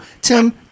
tim